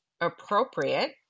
appropriate